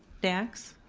dax?